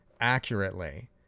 accurately